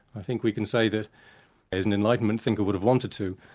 i think we can say that as an enlightenment thinker would have wanted to,